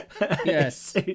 Yes